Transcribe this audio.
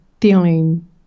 feeling